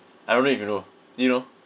I don't know if you know do you know